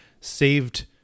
saved